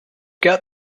got